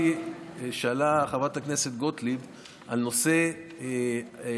שאלה חברת הכנסת גוטליב על נושא הטיפול